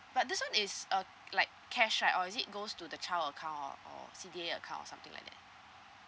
but this one is uh like cash right or is it goes to the child account or or C_D_A account something like that